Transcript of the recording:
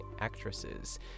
actresses